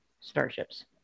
starships